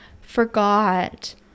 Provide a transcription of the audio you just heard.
forgot